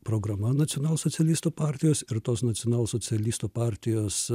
programa nacionalsocialistų partijos ir tos nacionalsocialistų partijos